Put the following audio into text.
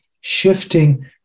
shifting